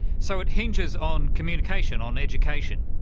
so it hinges on communication, on education.